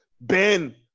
Ben